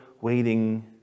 waiting